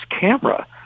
camera